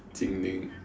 Sin-Ming